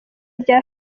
rya